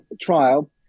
trial